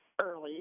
early